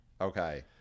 Okay